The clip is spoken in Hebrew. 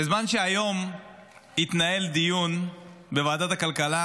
בזמן שהיום התנהל דיון בוועדת הכלכלה,